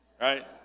right